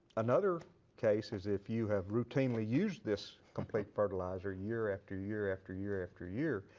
another case is if you have routinely used this complete fertilizer year after year after year after year,